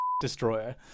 destroyer